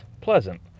pleasant